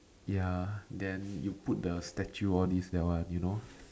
ya then you put the statue all these that one you know